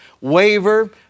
waver